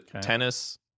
tennis